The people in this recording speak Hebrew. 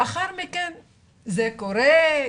לאחר מכן כשזה קורה,